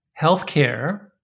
healthcare